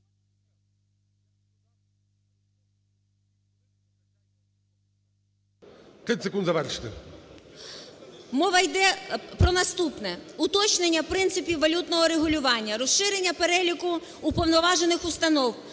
Мова йде про наступне. Уточнення принципів валютного регулювання, розширення переліку уповноважених установ,